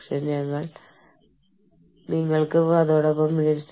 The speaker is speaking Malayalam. ചില രാജ്യങ്ങളിൽ പേരുകൾക്ക് മുന്നിൽ കുറേ ചുരുക്കെഴുത്തുകൾ ഉണ്ടായിരിക്കാം